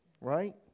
right